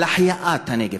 על החייאת הנגב,